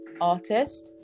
artist